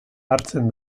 hartzen